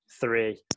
three